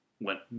went